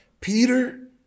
Peter